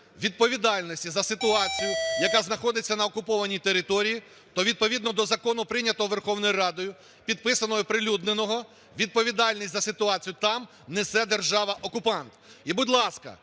відповідальності за ситуацію, яка знаходиться на окупованій території, то відповідно до закону, прийнятого Верховною Радою, підписаного і оприлюдненого, відповідальність за ситуацію там несе держава-окупант. І будь ласка,